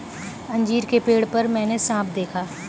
अंजीर के पेड़ पर मैंने साँप देखा